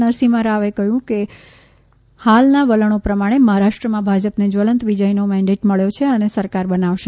નરસિફમ્મા રાવે જણાવ્યું કે હાલના વલણો પ્રમાણે મહારાષ્ટ્રમાં ભાજપને જ્વલંત વિજયનો મેન્ડેટ મળ્યો છે અને સરકાર બનાવશે